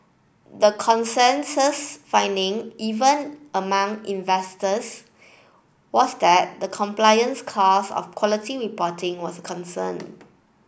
the consensus finding even among investors was that the compliance costs of quality reporting was concern